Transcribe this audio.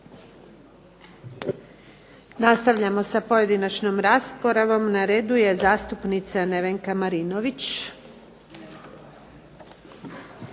Nastavljamo sa pojedinačnom raspravom. Na redu je zastupnica Nevenka Marinović.